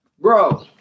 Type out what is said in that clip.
Bro